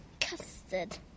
Custard